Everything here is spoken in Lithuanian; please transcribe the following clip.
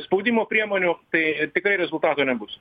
spaudimo priemonių tai tikrai rezultato nebus